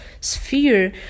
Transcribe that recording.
sphere